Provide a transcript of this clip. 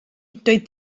doedd